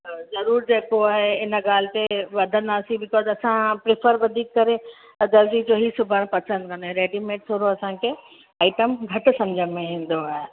ज़रूर जेको आहे हिन ॻाल्हि ते वधंदासीं बि छो त असां प्रफ़र वधीक करे दर्जी जो ई सिबण पसंदि कंदा आहियूं रेडीमेड थोरो असांखे आइटम घटि समुझ में ईंदो आहे